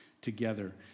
Together